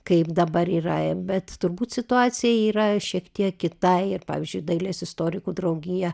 kaip dabar yra bet turbūt situacija yra šiek tiek kita ir pavyzdžiui dailės istorikų draugija